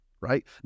Right